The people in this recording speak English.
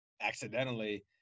accidentally